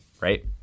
right